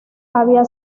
había